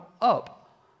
up